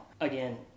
Again